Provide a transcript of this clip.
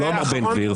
הוא לא אמר בן גביר,